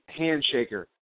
handshaker